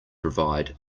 provide